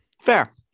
Fair